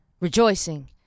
rejoicing